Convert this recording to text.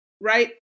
right